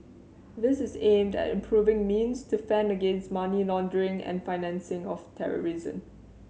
this is aimed at improving means to fend against money laundering and the financing of terrorism